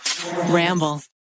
Ramble